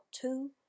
two